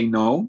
no